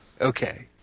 Okay